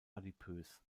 adipös